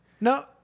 No